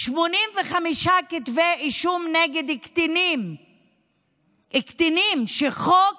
85 כתבי אישום נגד קטינים, קטינים, שחוק